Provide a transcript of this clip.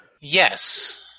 Yes